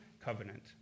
covenant